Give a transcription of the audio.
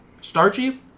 Starchy